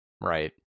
right